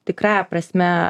tikrąja prasme